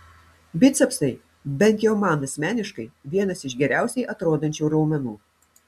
bicepsai bent jau man asmeniškai vienas iš geriausiai atrodančių raumenų